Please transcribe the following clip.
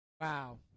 Wow